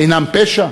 אינם פשע?